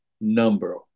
number